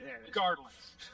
regardless